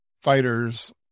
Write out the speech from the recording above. fighters